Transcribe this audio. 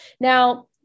Now